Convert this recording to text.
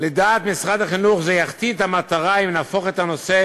לדעת משרד החינוך זה יחטיא את המטרה אם נהפוך את הנושא